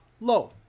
low